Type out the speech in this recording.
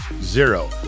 zero